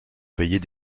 payer